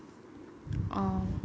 orh